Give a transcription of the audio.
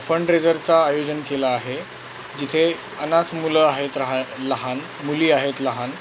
fund रेझरचा आयोजन केलं आहे जिथे अनाथ मुलं आहेत राहा लहान मुली आहेत लहान